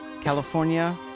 California